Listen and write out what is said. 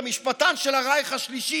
המשפטן של הרייך השלישי,